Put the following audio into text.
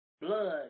Blood